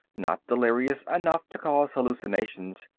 not delirious enough to cause hallucinations,